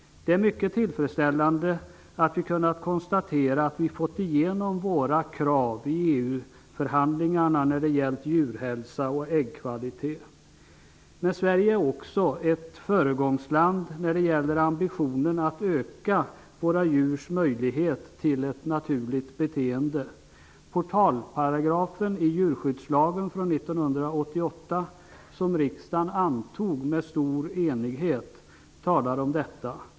Det är mycket tillfredsställande att kunna konstatera att vi i EU-förhandlingarna har fått igenom våra krav på djurhälsa och äggkvalitet. Sverige är också ett föregångsland genom ambitionen att öka våra djurs möjlighet till ett naturligt beteende. Portalparagrafen i djurskyddslagen från 1988, som riksdagen antog med stor enighet, visar på detta.